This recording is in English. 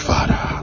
Father